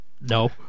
No